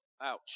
ouch